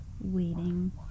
waiting